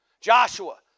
Joshua